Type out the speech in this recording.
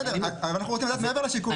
בסדר, אנחנו רוצים לדעת מעבר לשיקולים.